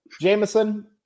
Jameson